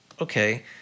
okay